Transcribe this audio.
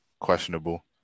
questionable